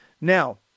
Now